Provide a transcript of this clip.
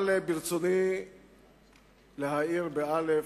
אבל ברצוני להאיר באל"ף,